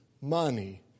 money